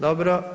Dobro.